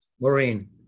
Maureen